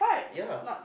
ya